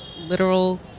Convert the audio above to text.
literal